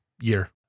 year